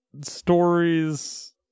stories